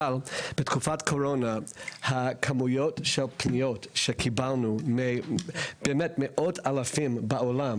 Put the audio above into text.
אבל בתקופת הקורונה כמויות הפניות שקיבלנו באמת ממאות אלפים בעולם,